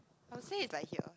I'll say it's like here